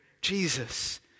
Jesus